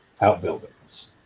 outbuildings